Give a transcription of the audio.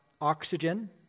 oxygen